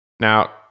Now